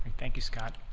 thank you, scott.